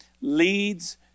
leads